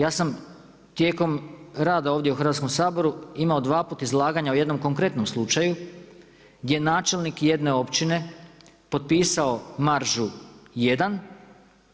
Ja sam tijekom rada ovdje u Hrvatskom saboru imao dvaput izlaganja o jednom konkretnom slučaju gdje je načelnik jedne općine potpisao maržu jedan,